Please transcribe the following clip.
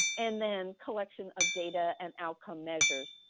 and then collection of data and outcome measures.